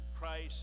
Christ